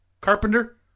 carpenter